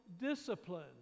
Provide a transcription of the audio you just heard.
discipline